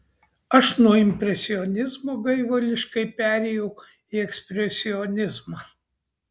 aš nuo impresionizmo gaivališkai perėjau į ekspresionizmą